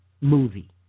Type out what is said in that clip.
movie